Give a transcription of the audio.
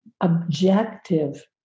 objective